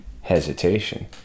hesitation